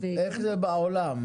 איך זה בעולם?